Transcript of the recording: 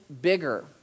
bigger